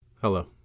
Hello